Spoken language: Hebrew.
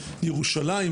ירושלים,